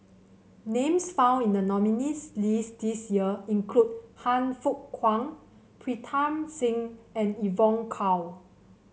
names found in the nominees' list this year include Han Fook Kwang Pritam Singh and Evon Kow